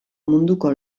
munduko